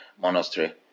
monastery